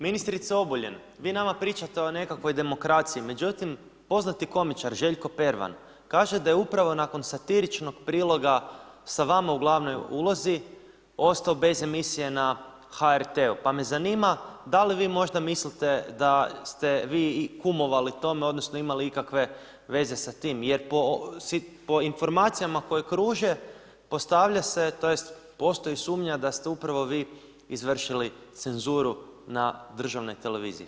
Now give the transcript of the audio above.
Ministrice Obuljen, vi nama pričate o nekakvoj demokraciji, međutim poznati komičar, Željko Pervan, kaže da je upravo nakon satiričnog priloga sa vama u glavnoj ulozi, ostao bez emisije na HRT-u pa me zanima, da li vi možda mislite da ste vi kumovali tome odnosno imali ikakve veze sa time jer po informacijama koje kruže, postavlja se, tj. postoji sumnja da ste upravo vi izvršili cenzuru na državnoj televiziji.